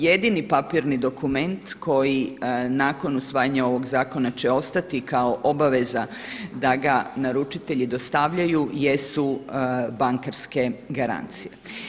Jedini papirni dokument koji nakon usvajanja ovog zakona će ostati kao obaveza da ga naručitelji dostavljaju jesu bankarske garancije.